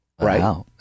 Right